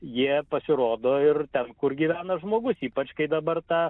jie pasirodo ir ten kur gyvena žmogus ypač kai dabar ta